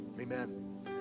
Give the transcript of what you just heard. Amen